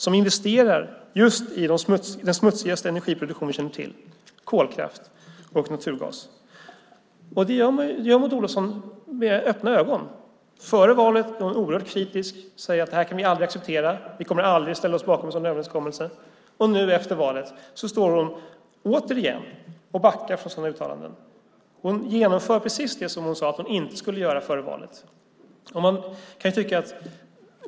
Man investerar just i den smutsigaste energiproduktion vi känner till, kolkraft och naturgas. Det gör Maud Olofsson med öppna ögon. Före valet var hon oerhört kritisk och sade: Vi kommer aldrig att acceptera och ställa oss bakom en sådan överenskommelse. Nu efter valet står hon återigen och backar från sina uttalanden. Hon genomför precis det som hon sade att hon inte skulle göra.